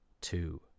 two